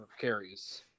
carries